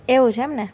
એવું છે એમ ને